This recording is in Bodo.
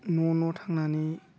न' न' थांनानै